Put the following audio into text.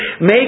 Make